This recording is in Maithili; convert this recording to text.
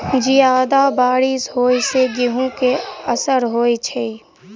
जियादा बारिश होइ सऽ गेंहूँ केँ असर होइ छै?